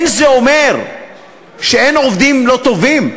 זה לא אומר שאין עובדים לא טובים.